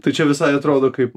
tai čia visai atrodo kaip